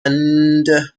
and